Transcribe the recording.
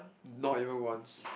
not even once